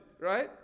right